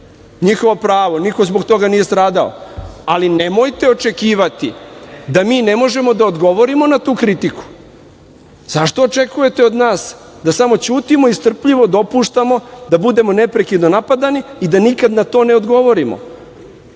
njihovo pravo, niko zbog toga nije stradao, ali nemojte očekivati da mi ne možemo da odgovorimo na tu kritiku i zašto očekujete od nas da samo ćutimo i da strpljivo dopuštamo i da budemo neprekidno napadani i da nikada na to odgovorimo. Vi